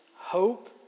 hope